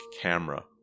Camera